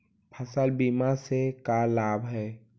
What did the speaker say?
फसल बीमा से का लाभ है?